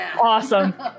Awesome